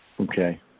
Okay